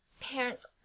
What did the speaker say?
parents